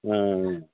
ஆ ஆ ஆ